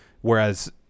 Whereas